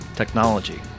technology